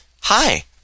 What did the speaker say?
Hi